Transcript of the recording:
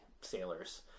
sailors